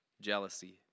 jealousy